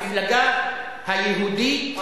המפלגה היהודית,